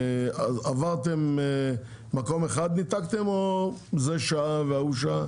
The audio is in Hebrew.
ניתקתם מקום אחד או כל פעם מקום אחר לשעה?